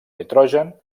nitrogen